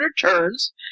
turns